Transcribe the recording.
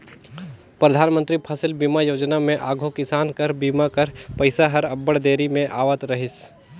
परधानमंतरी फसिल बीमा योजना में आघु किसान कर बीमा कर पइसा हर अब्बड़ देरी में आवत रहिस